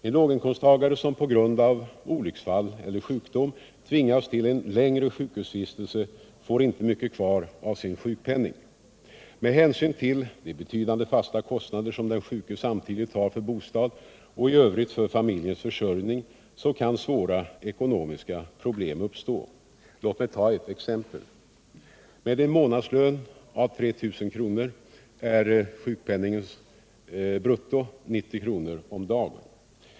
En låginkomsttagare som på grund av olycksfall eller sjukdom tvingas till en längre sjukhusvistelse får inte mycket kvar av sin sjukpenning. Med hänsyn till de betydande fasta kostnader som den sjuke samtidigt har för bostad och familjens försörjning i övrigt kan svåra ekonomiska problem uppstå. Låt mig ta ett exempel. Med en månadslön på 3 000 kr. är sjukpenningens brutto 90 kr. om dagen.